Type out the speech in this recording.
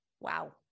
Wow